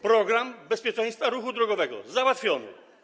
Program bezpieczeństwa ruchu drogowego - załatwiony.